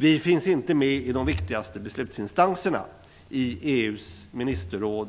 Vi finns inte med i de viktigaste beslutsinstanserna, i EU:s ministerråd,